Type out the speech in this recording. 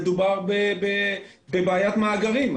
מדובר בבעיית מאגרים.